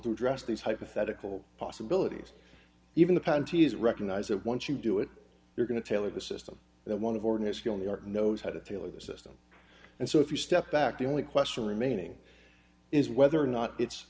to address these hypothetical possibilities even the panties recognize that once you do it you're going to tailor the system that one of ordinary skill in the art knows how to tailor the system and so if you step back the only question remaining is whether or not it's